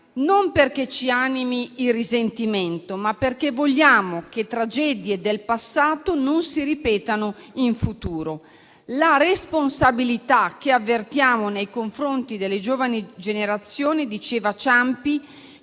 non perché ci anima il risentimento, ma perché vogliamo che le tragedie del passato non si ripetano in futuro. La responsabilità che avvertiamo nei confronti delle giovani generazioni ci impone